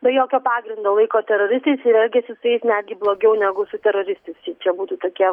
be jokio pagrindo laiko teroristais ir elgiasi su jais netgi blogiau negu su teroristais čia būtų tokie